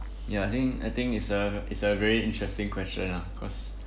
ya I think I think it's a it's a very interesting question ah cause